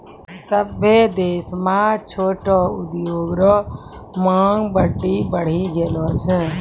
सभ्भे देश म छोटो उद्योग रो मांग बड्डी बढ़ी गेलो छै